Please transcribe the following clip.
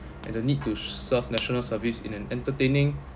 and the need to serve national service in an entertaining